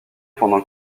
pendant